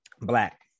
Black